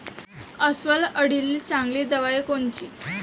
अस्वल अळीले चांगली दवाई कोनची?